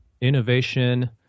innovation